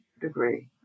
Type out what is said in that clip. degree